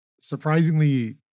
surprisingly